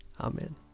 Amen